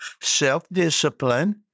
Self-discipline